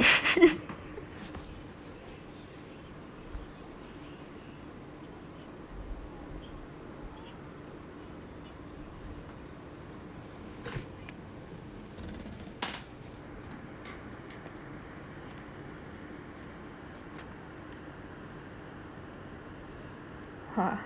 !wah!